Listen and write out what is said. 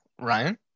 Ryan